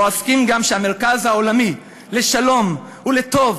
לא אסכים גם שהמרכז העולמי לשלום ולטוב